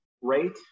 rate